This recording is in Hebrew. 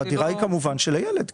כן, הדירה היא של הילד.